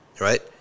right